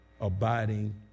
abiding